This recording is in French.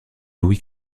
louis